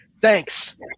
Thanks